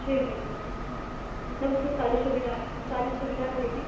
छः हज़ार मतलब उसमें सारी सुविधा सारी सुविधा रहेगी